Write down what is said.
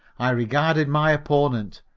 i regarded my opponent,